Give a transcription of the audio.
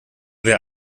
wer